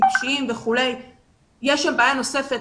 יש שם בעיה נוספת.